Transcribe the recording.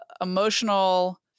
emotional